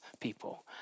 people